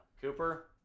Cooper